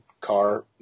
car